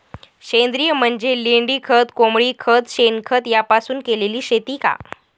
सेंद्रिय म्हणजे लेंडीखत, कोंबडीखत, शेणखत यापासून केलेली शेती का?